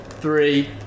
three